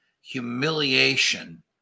humiliation